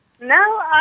No